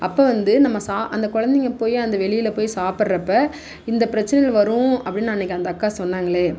அப்போ வந்து நம்ம சா அந்த குழந்தைங்க போய் அந்த வெளியில் போய் சாப்பிட்றப்ப இந்த பிரச்சினைகள் வரும் அப்படின்னு அன்றைக்கி அந்த அக்கா சொன்னாங்களே